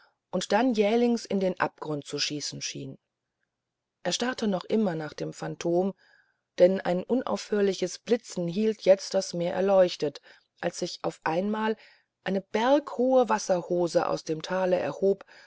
und dann jählings in den abgrund zu schießen schien er starrte noch immer nach dem phantom denn ein unaufhörliches blitzen hielt jetzt das meer erleuchtet als sich auf einmal eine berghohe wasserhose aus dem tale erhob